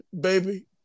baby